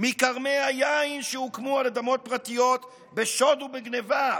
מכרמי היין שהוקמו על אדמות פרטיות בשוד ובגנבה,